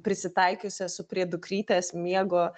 prisitaikius esu prie dukrytės miego